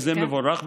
וזה מבורך,